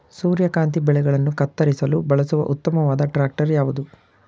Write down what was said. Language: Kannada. ಸೂರ್ಯಕಾಂತಿ ಬೆಳೆಗಳನ್ನು ಕತ್ತರಿಸಲು ಬಳಸುವ ಉತ್ತಮವಾದ ಟ್ರಾಕ್ಟರ್ ಯಾವುದು?